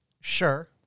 Sure